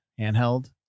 handheld